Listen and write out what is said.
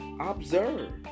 observe